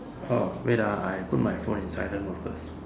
ah wait ah I put my phone in silent mode first